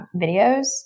videos